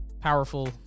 powerful